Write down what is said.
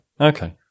Okay